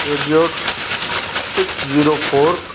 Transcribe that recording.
Peugeot six zero four